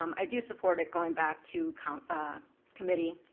um i do support it going back to kind of ah committee.